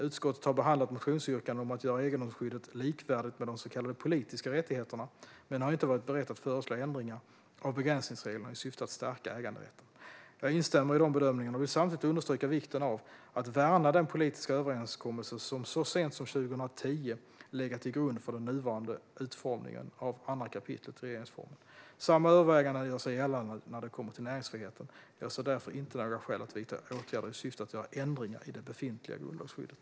Utskottet har behandlat motionsyrkanden om att göra egendomsskyddet likvärdigt med de så kallade politiska rättigheterna men har inte varit berett att föreslå ändringar av begränsningsreglerna i syfte att stärka äganderätten. Jag instämmer i de bedömningarna och vill samtidigt understryka vikten av att värna den politiska överenskommelse som så sent som 2010 legat till grund för den nuvarande utformningen av 2 kap. regeringsformen. Samma överväganden gör sig gällande när det kommer till näringsfriheten. Jag ser därför inte några skäl att vidta åtgärder i syfte att göra ändringar i det befintliga grundlagsskyddet.